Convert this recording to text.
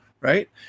right